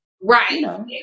right